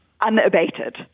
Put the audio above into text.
unabated